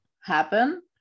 happen